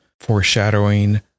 foreshadowing